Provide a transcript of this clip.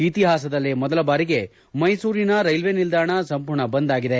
ಇತಿಹಾಸದಲ್ಲೇ ಮೊದಲ ಬಾರಿಗೆ ಮೈಸೂರಿನ ರೈಲ್ವೆ ನಿಲ್ದಾಣ ಸಂಪೂರ್ಣ ಬಂದ್ ಆಗಿದೆ